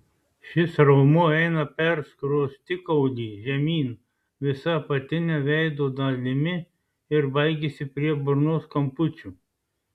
šis raumuo eina per skruostikaulį žemyn visa apatine veido dalimi ir baigiasi prie burnos kampučių